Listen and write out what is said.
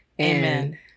Amen